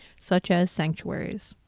such as sanctuaries.